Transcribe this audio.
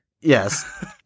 Yes